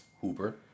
Hooper